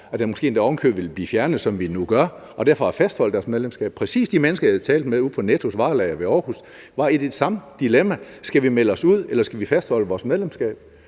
at den måske endda ovenikøbet ville blive fjernet, som er det, vi nu gør, og derfor har fastholdt deres medlemskab. De mennesker, jeg talte med ude på Nettos varelager ved Aarhus, var i det samme dilemma: Skal vi melde os ud, eller skal vi fastholde vores medlemskab?